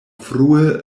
frue